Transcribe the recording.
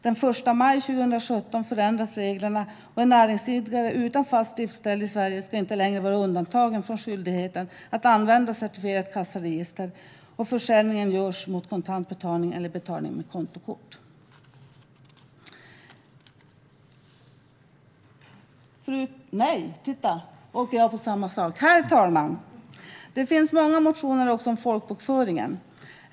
Den 1 maj 2017 ändras reglerna, och en näringsidkare utan fast driftsställe i Sverige ska inte längre vara undantagen från skyldigheten att använda certifierat kassaregister om försäljning görs mot kontant betalning eller betalning med kontokort. Herr talman! Det finns många motioner också om folkbokföringen.